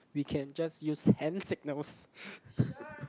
we can just use hand signals